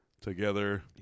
together